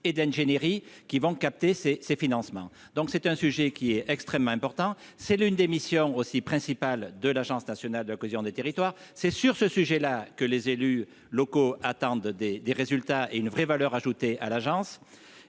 et d'ingénierie qui vont capter ces ces financements, donc c'est un sujet qui est extrêmement important, c'est l'une des missions aussi principal de l'Agence nationale de la cohésion des territoires, c'est sur ce sujet-là que les élus locaux attendent des des résultats et une vraie valeur ajoutée à l'agence